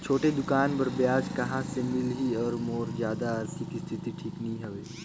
छोटे दुकान बर ब्याज कहा से मिल ही और मोर जादा आरथिक स्थिति ठीक नी हवे?